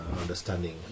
understanding